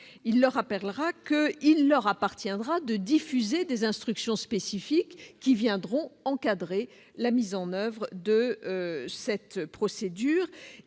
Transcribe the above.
leur appartiendra de diffuser des instructions spécifiques, qui viendront encadrer la mise en oeuvre de cette procédure